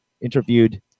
interviewed